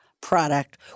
product